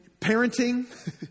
parenting